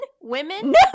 women